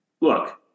look